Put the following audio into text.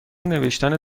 نوشتن